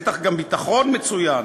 בטח גם ביטחון מצוין.